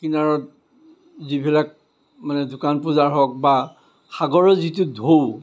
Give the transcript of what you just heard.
কিনাৰত যিবিলাক মানে দোকান পোহাৰ হওক বা সাগৰৰ যিটো ঢৌ